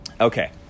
Okay